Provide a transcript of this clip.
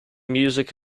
music